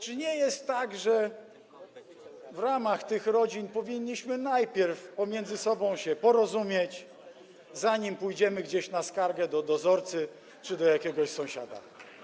Czy nie jest tak, że w ramach tych rodzin powinniśmy najpierw pomiędzy sobą się porozumieć, zanim pójdziemy gdzieś na skargę, do dozorcy czy do jakiegoś sąsiada?